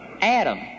Adam